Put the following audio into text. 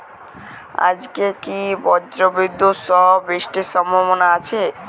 আজকে কি ব্রর্জবিদুৎ সহ বৃষ্টির সম্ভাবনা আছে?